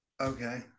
Okay